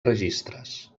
registres